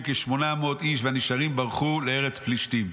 כשמונה מאות איש והנשארים ברחו לארץ פלישתים.